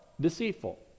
deceitful